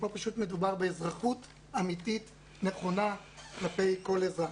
פה פשוט מדובר באזרחות אמיתית נכונה כלפי כל אזרח.